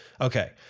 okay